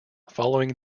following